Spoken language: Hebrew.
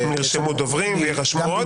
נרשמו דוברים, ויירשמו עוד.